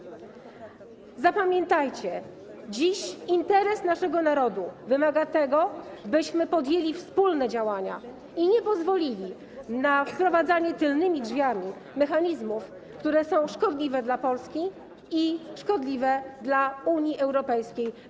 Zapamiętajcie, dziś interes naszego narodu wymaga tego, byśmy podjęli wspólne działania i nie pozwolili na wprowadzanie tylnymi drzwiami mechanizmów, które są szkodliwe dla Polski i szkodliwe dla Unii Europejskiej.